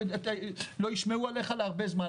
לא ישמעו עליך הרבה זמן,